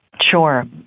Sure